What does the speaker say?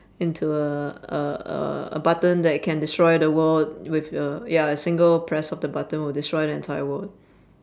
into a a a a button that can destroy the world with uh ya a single press of the button will destroy the entire world